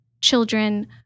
children